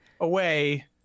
away